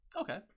Okay